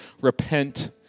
repent